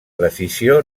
decisió